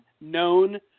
known